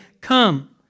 Come